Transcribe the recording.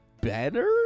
better